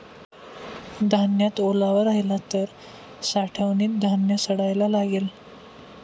धान्यात ओलावा राहिला तर साठवणीत धान्य सडायला लागेल